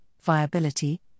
viability